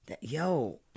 Yo